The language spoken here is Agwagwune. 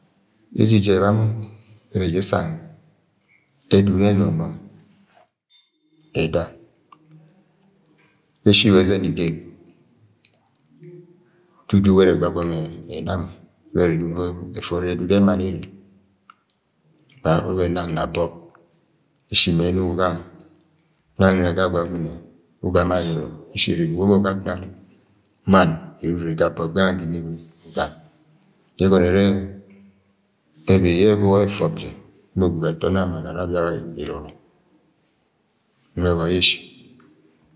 Ejeje era yẹ ẹrẹ je sang ẹdudu yẹ ẹnọnọw ẹda eshi wa ẹzẹn igen ududugo ẹrẹ ẹgwagama ẹna mọ ẹrẹ enug ẹfọri edudu-e mann ere a-ọvẹn nang na bọb eshi mẹ enugo gang nwẹ nang na ga agwagwuẹ ugami ayọrọ eshi enugo mọ ga ntak mann ere ga bọb gange ga imie ugami yẹ ẹgọnọ ẹrẹ ebi yẹ bọb ẹfọb jẹ emo gwud atoni aga mann ara ara abiaga irọrọ nwẹ wa yẹ eshi.